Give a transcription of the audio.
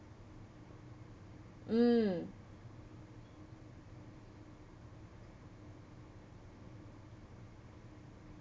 mm